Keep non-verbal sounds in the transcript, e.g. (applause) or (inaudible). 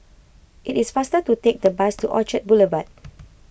it is faster to take the bus to Orchard Boulevard (noise)